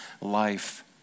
life